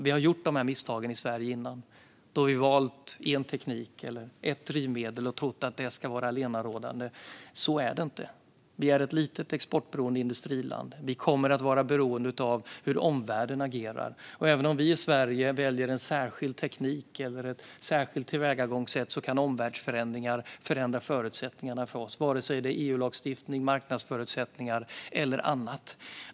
Vi har gjort dessa misstag tidigare i Sverige då vi har valt en enda teknik eller ett drivmedel och trott att det ska vara allenarådande. Så är det inte. Vi är ett litet exportberoende industriland. Vi kommer att vara beroende av hur omvärlden agerar. Även om vi i Sverige väljer en särskild teknik eller ett särskilt tillvägagångssätt kan omvärldsförändringar förändra förutsättningarna för oss, oavsett om det gäller EU-lagstiftning, marknadsförutsättningar eller annat.